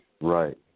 Right